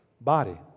body